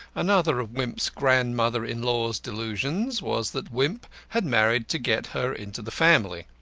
another of wimp's grandmother-in-law's delusions was that wimp had married to get her into the family.